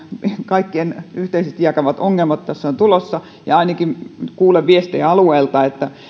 kaikkien yhteisesti jakamat ongelmat tässä ovat tulossa ainakin kuulen viestejä alueilta että